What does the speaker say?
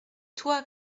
toi